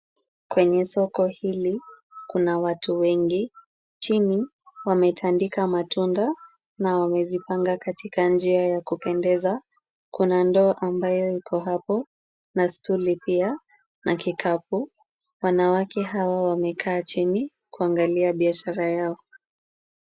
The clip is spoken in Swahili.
Kwenye soko hili kuna watu wengi. Chini wametandika matunda na wamezipanga katika njia ya kupendeza. Kuna ndoo ambayo iko hapo na stuli pia na kikapu. Wanawake hawa wamekaa chini kuangalia biashara yao.